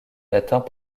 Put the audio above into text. atteint